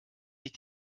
sich